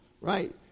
Right